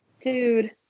dude